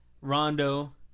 Rondo